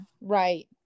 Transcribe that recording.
Right